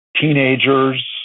teenagers